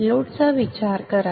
load चा विचार करा